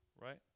right